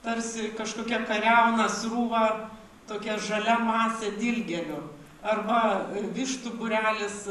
tarsi kažkokia kariauna srūva tokia žalia masė dilgėlių arba vištų būrelis